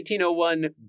1801